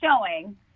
showing